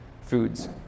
foods